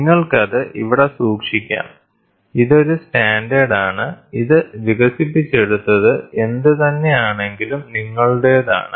നിങ്ങൾക്കത് ഇവിടെ സൂക്ഷിക്കാം ഇതൊരു സ്റ്റാൻഡേർഡാണ് ഇത് വികസിപ്പിച്ചെടുത്തത് എന്തുതന്നെ ആണെങ്കിലും നിങ്ങളുടേതാണ്